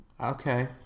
Okay